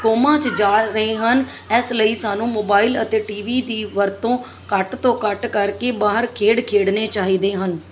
comma 'ਚ ਜਾ ਰਹੇ ਹਨ ਇਸ ਲਈ ਸਾਨੂੰ ਮੋਬਾਈਲ ਅਤੇ ਟੀ ਵੀ ਦੀ ਵਰਤੋਂ ਘੱਟ ਤੋਂ ਘੱਟ ਕਰਕੇ ਬਾਹਰ ਖੇਡ ਖੇਡਣੇ ਚਾਹੀਦੇ ਹਨ